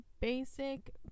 basic